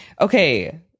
Okay